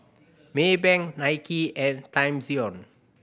Maybank Nike and Timezone